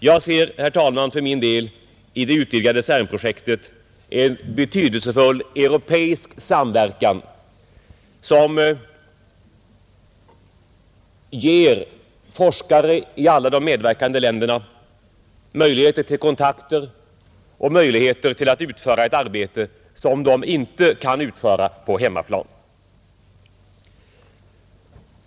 Jag ser, fru talman, i det utvidgade CERN-projektet en betydelsefull europeisk samverkan som ger forskare i alla de medverkande länderna möjligheter till kontakter och möjligheter till att utföra ett arbete som de inte kan utföra på hemmaplan.